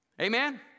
Amen